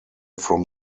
from